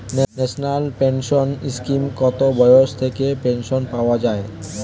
National pension স্কিমে কত বয়স থেকে পেনশন পাওয়া যায়?